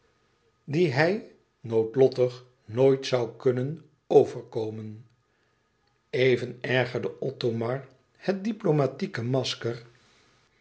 die hij noodlottig nooit zoû kunnen overkomen even ergerde othomar het diplomatieke masker